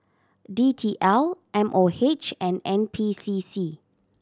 D T L M O H and N P C C